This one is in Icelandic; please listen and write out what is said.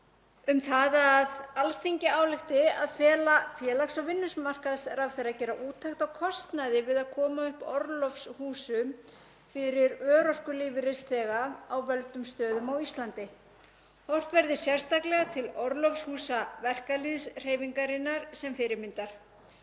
um að Alþingi álykti að fela félags- og vinnumarkaðsráðherra að gera úttekt á kostnaði við að koma upp orlofshúsum fyrir örorkulífeyrisþega á völdum stöðum á Íslandi. Horft verði sérstaklega til orlofshúsa verkalýðshreyfingarinnar sem fyrirmyndar.